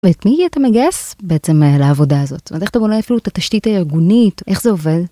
ואת מי אתה מגייס בעצם לעבודה הזאת? זאת אומרת איך אתה בונה אפילו את התשתית הארגונית, איך זה עובד?